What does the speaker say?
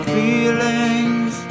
feelings